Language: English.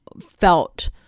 felt